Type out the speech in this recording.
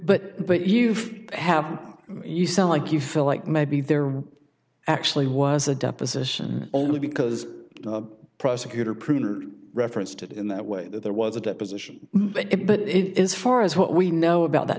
but but you've have you sound like you feel like maybe there actually was a deposition only because the prosecutor pruners referenced it in that way that there was a deposition but it is far as what we know about that